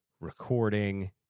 recording